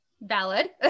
valid